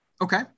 Okay